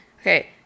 Okay